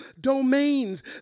domains